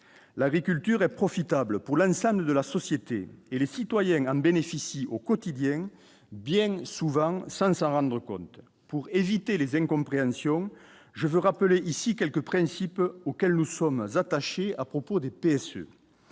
l'agriculture est profitable pour Lance Lansana de la société et les citoyens en bénéficient au quotidien, bien souvent sans s'en rendre compte, pour éviter les incompréhensions, je veux rappeler ici quelques principes auxquels nous sommes attachés à propos des PSU,